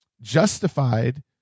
justified